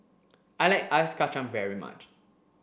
I like Ice Kacang very much